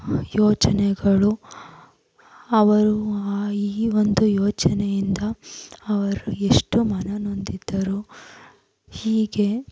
ಯೋಚನೆಗಳು ಅವರು ಆ ಈ ಒಂದು ಯೋಚನೆಯಿಂದ ಅವರು ಎಷ್ಟು ಮನನೊಂದಿದ್ದರು ಹೀಗೆ